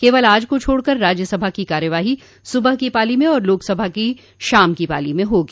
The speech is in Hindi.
केवल आज को छोड़कर राज्यसभा की कार्यवाही सुबह की पाली में और लोकसभा की शाम पाली में होगी